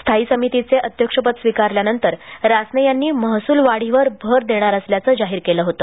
स्थायी समितीचे अध्यक्षपद स्विकारल्यानंतर रासने यांनी महसुल वाढीवर भर देणार असल्याचे जाहीर केले होते